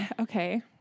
Okay